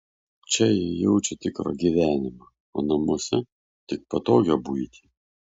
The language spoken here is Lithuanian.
čia ji jaučia tikrą gyvenimą o namuose tik patogią buitį